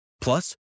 Plus